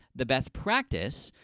the best practice,